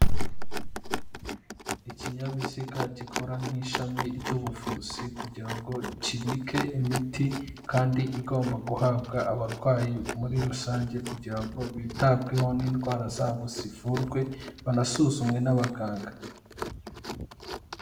Ikinyabiziga gikora nk'ishami ry'ubuvuzi kugira ngo kibike imiti kandi igomba guhabwa abarwayi muri rusange kugira ngo bitabweho n'indwara zabo zivurwe banasuzumwe n'abaganga.